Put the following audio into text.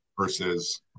versus